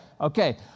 okay